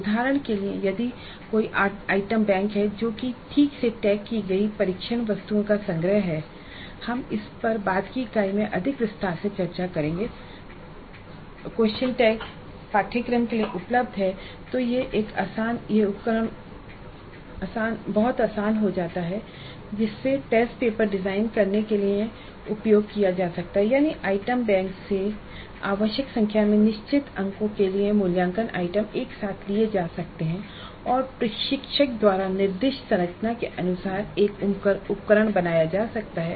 उदाहरण के लिए यदि कोई आइटम बैंक जो कि ठीक से टैग की गई परीक्षण वस्तुओं का संग्रह है हम इस पर बाद की इकाई में अधिक विस्तार से चर्चा करेंगे पाठ्यक्रम के लिए उपलब्ध है तो एक उपकरण होना बहुत आसान हो जाता है जिसे टेस्ट पेपर डिजाइन करने के लिए उपयोग किया जाता है यानी आइटम बैंक से आवश्यक संख्या में निश्चित अंकों के लिए मूल्यांकन आइटम एक साथ लिए जा सकते हैं और प्रशिक्षक द्वारा निर्दिष्ट संरचना के अनुसार एक उपकरण बनाया जा सकता है